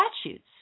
statutes